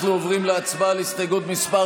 אנחנו עוברים להצבעה על הסתייגות מס'